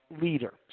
leader